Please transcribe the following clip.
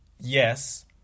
Yes